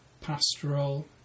pastoral